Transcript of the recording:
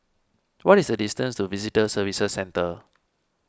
what is the distance to Visitor Services Centre